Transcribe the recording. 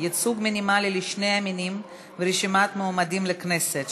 ייצוג מינימלי לשני המינים ברשימת מועמדים לכנסת),